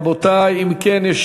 רבותי, אם כן, יש